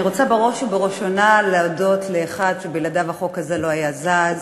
אני רוצה בראש ובראשונה להודות לאחד שבלעדיו החוק הזה לא היה זז,